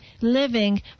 living